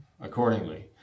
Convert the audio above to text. Accordingly